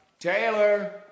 Taylor